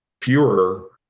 fewer